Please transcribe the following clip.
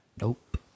Nope